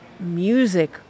music